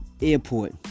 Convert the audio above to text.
Airport